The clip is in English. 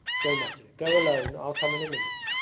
go, my dear, go alone i'll come in a minute